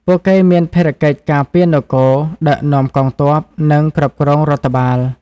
ពួកគេមានភារកិច្ចការពារនគរ ដឹកនាំកងទ័ព និងគ្រប់គ្រងរដ្ឋបាល។